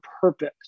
purpose